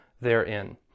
therein